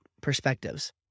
perspectives